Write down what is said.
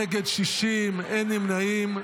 נגד, 60, אין נמנעים,